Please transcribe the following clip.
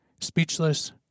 Speechless